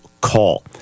call